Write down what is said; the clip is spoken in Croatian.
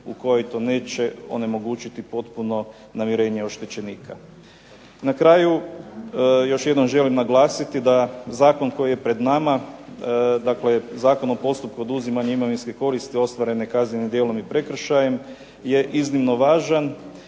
u kojoj to neće onemogućiti potpuno namirenje oštećenika. Na kraju, još jednom želim naglasiti da zakon koji je pred nama, dakle Zakon o postupku oduzimanja imovinske koristi ostvarene kaznenim djelom i prekršajem je iznimno važan